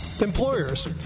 Employers